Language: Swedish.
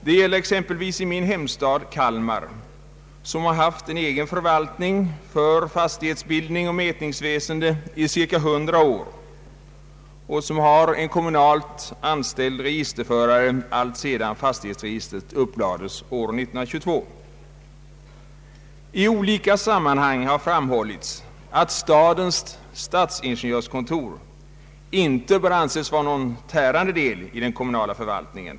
Det gäller exempelvis min hemstad Kalmar, som har haft en egen förvaltning för fastighetsbildning och mätningsväsende i cirka 100 år och som haft en kommunalt anställd registerförare alltsedan fastighetsregistret upplades år 1922. I olika sammanhang har framhållits, att stadens stadsingenjörskontor inte inte bör anses vara någon tärande del i den kommunala förvaltningen.